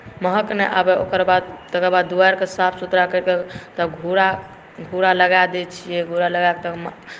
महक नहि आबय तकरबाद दुआरिकेँ साफ़ सुथरा करि के घूरा लगा दैत छियै घूरा लगा के तखन